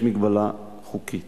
יש הגבלה חוקית.